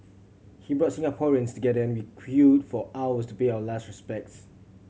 he brought Singaporeans together and we queued for hours to pay our last respects